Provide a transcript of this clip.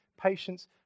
patience